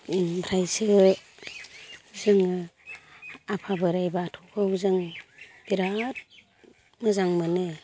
ओमफ्रायसो जोङो आफा बोराय बाथौखौ जों बिराद मोजां मोनो